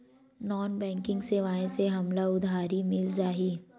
Non banking सेवाएं से हमला उधारी मिल जाहि?